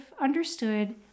understood